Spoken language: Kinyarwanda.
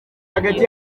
hagati